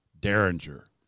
Derringer